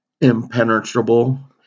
impenetrable